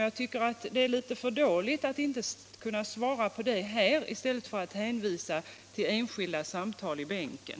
Jag tycker att det är litet dåligt att inte kunna svara på den frågan här utan hänvisa till enskilda samtal i bänken.